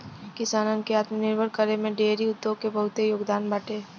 किसानन के आत्मनिर्भर करे में डेयरी उद्योग के बहुते योगदान बाटे